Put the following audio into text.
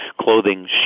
clothing